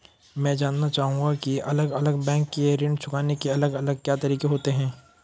मैं जानना चाहूंगा की अलग अलग बैंक के ऋण चुकाने के अलग अलग क्या तरीके होते हैं?